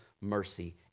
mercy